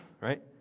right